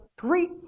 three